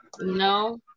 No